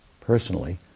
personally